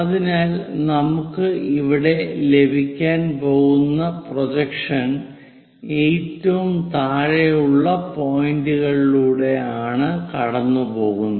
അതിനാൽ നമുക്ക് ഇവിടെ ലഭിക്കാൻ പോകുന്ന പ്രൊജക്ഷൻ ഏറ്റവും താഴെയുള്ള പോയിന്റുകളിലൂടെയാണ് കടന്നുപോകുന്നത്